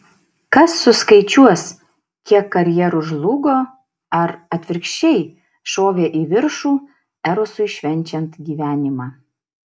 kas suskaičiuos kiek karjerų žlugo ar atvirkščiai šovė į viršų erosui švenčiant gyvenimą